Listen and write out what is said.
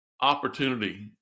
opportunity